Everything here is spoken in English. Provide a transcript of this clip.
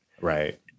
Right